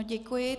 Děkuji.